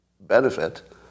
benefit